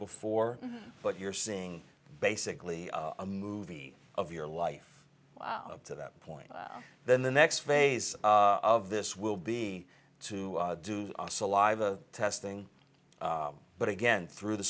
before but you're seeing basically a movie of your life i'm up to that point then the next phase of this will be to do saliva testing but again through the